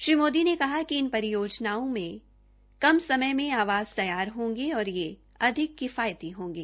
श्री मोदी ने कहा कि इन परियोजनाओं को कम समय में आवास तैयार होंगे और ये अधिक किफायती होंगे